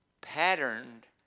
patterned